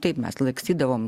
taip mes lakstydavom